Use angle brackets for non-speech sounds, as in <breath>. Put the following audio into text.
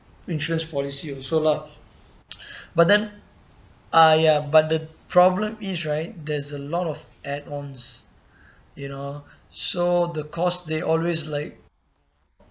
insurance policy also lah <breath> but then ah ya but the problem is right there's a lot of add ons you know so the cost they always like